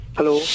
Hello